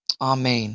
amen